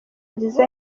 nziza